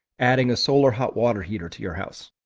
adding a solar hot water heater to your house.